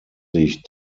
sich